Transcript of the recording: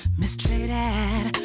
mistreated